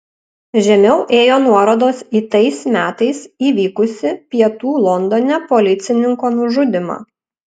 žemiau ėjo nuorodos į tais metais įvykusį pietų londone policininko nužudymą